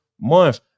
month